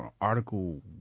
Article